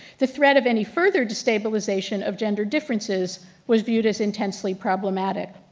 the threat of any further destabilization of gender differences was viewed as intensely problematic.